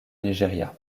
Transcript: nigeria